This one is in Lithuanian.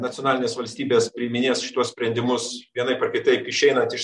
nacionalinės valstybės priiminės šituos sprendimus vienaip ar kitaip išeinant iš